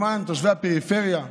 למען תושבי הפריפריה.